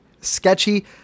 sketchy